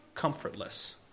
comfortless